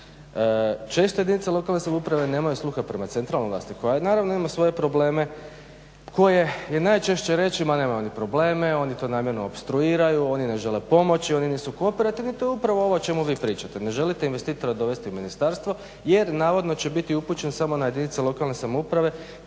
često jedinice lokalne samouprave nemaju sluha prema centralnoj vlasti koja naravno ima svoje probleme koje je najčešće reći ma nemaju oni probleme, oni to namjerno opstruiraju, oni ne žele pomoći, oni nisu kooperativni. To je upravo ovo o čemu vi pričate. Ne želite investitora dovesti u ministarstvo jer navodno će biti upućen samo na jedinice lokalne samouprave